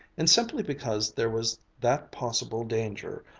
and simply because there was that possible danger,